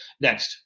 Next